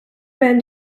man